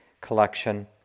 Collection